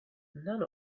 none